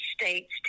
states